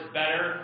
better